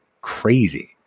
crazy